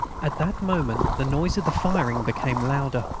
at that moment the noise of the firing became louder.